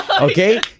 Okay